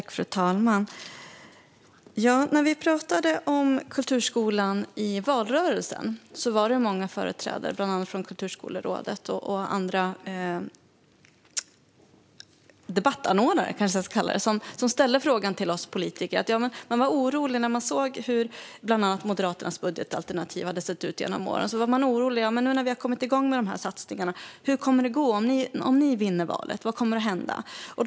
Fru talman! När vi talade om kulturskolan i valrörelsen var det många företrädare för Kulturskolerådet och andra debattanordnare som ställde frågor till oss politiker och var oroliga när de såg hur bland annat Moderaternas budgetalternativ hade sett ut genom åren. Nu hade satsningarna kommit igång, och de var oroliga: Hur kommer det att gå om ni vinner valet? Vad kommer att hända då?